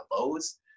lows